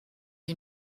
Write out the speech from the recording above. you